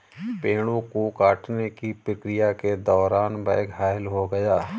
पेड़ों को काटने की प्रक्रिया के दौरान वह घायल हो गया